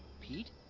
Pete